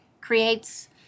creates